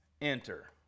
Enter